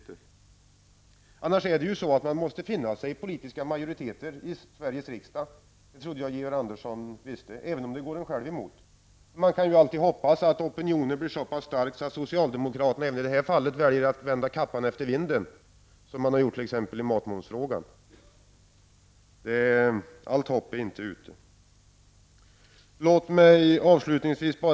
Men man måste finna sig i att det finns politiska majoriteter i Sveriges riksdag, även om det går en själv emot. Det trodde jag Georg Andersson visste. Man kan alltid hoppas att opinionen blir så stark att socialdemokraterna även i detta fall väljer att vända kappan efter vinden, som man gjorde i t.ex. matmomsfrågan. Allt hopp är inte ute.